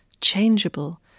changeable